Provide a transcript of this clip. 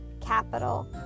capital